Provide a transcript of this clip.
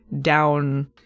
down